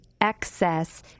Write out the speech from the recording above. excess